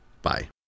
Bye